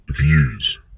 views